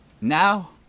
Now